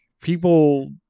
people